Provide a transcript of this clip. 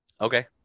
okay